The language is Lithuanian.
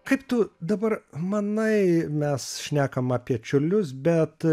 kaip tu dabar manai mes šnekam apie čiurlius bet